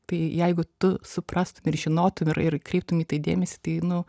tai jeigu tu suprastum ir žinotum ir ir kreiptum į tai dėmesį tai nu